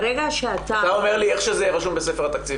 אתה אומר לי איך שזה יהיה רשום בספר התקציב,